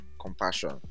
compassion